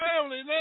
family